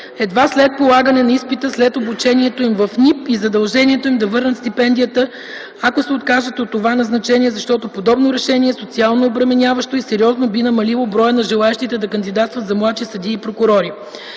едва след полагане на изпита след обучението им в НИП и задължението им да върнат стипендията, ако се откажат от това назначение, защото подобно решение е социално обременяващо и сериозно би намалило броя на желаещите да кандидатстват за младши съдии и прокурори.